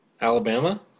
Alabama